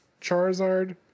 Charizard